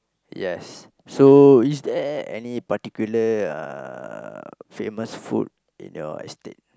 yes so is there any particular uh famous food in your estate